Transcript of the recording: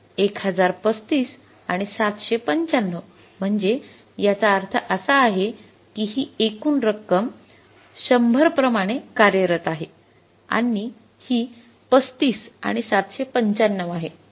१०३५ आणि ७९५ म्हणजे याचा अर्थ असा आहे की ही एकूण रक्कम १०० प्रमाणे कार्यरत आहे आणि ही ३५ आणि ७९५ आहे